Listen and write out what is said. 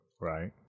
right